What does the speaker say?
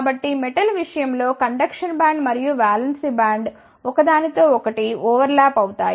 కాబట్టి మెటల్ విషయం లో కండక్షన్ బ్యాండ్ మరియు వాలెన్స్ బ్యాండ్ ఒక దానితో ఒకటి ఓవర్ ల్యాప్ అవుతాయి